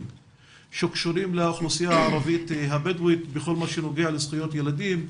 שקשורים לאוכלוסייה הערבית-הבדואית בכל מה שנוגע לזכויות ילדים.